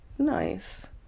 nice